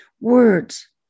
words